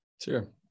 Sure